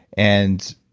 and,